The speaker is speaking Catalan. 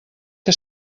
que